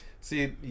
See